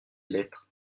lettres